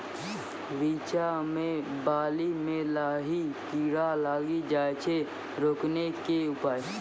रिचा मे बाली मैं लाही कीड़ा लागी जाए छै रोकने के उपाय?